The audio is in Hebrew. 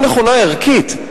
גם נכונה ערכית,